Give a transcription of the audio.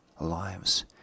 lives